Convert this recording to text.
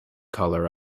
color